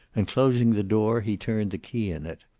and closing the door, he turned the key in it.